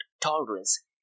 Tolerance